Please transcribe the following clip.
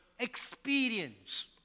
experience